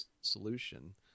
solution